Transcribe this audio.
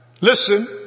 listen